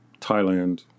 Thailand